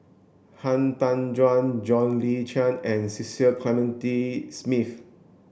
Han Tan Juan John Le Cain and Cecil Clementi Smith